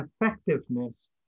effectiveness